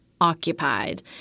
occupied